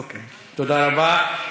אוקיי, תודה רבה.